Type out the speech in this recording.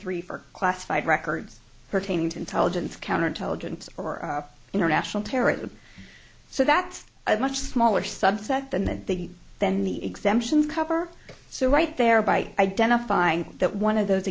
three for classified records pertaining to intelligence counterintelligence or international terrorism so that's a much smaller subset than the than the exemptions cover so right there by identifying that one of those